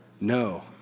No